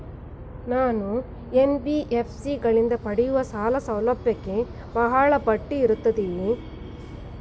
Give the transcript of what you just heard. ನಾನು ಎನ್.ಬಿ.ಎಫ್.ಸಿ ಗಳಿಂದ ಪಡೆಯುವ ಸಾಲ ಸೌಲಭ್ಯಕ್ಕೆ ಬಹಳ ಬಡ್ಡಿ ಇರುತ್ತದೆಯೇ?